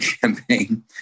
campaign